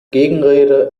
gegenrede